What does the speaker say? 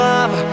Love